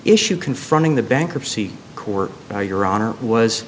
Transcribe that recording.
issue confronting the bankruptcy court your honor was